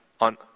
on